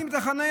מעלים את החניה.